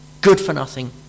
good-for-nothing